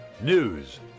News